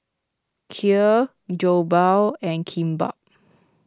Kheer Jokbal and Kimbap